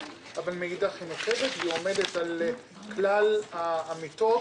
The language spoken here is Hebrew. אבל מאידך נוקבת ועומדת על כלל האמיתות